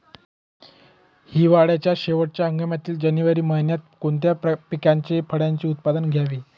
हिवाळ्याच्या शेवटच्या हंगामातील जानेवारी महिन्यात कोणत्या पिकाचे, फळांचे उत्पादन घ्यावे?